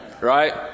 right